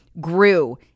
grew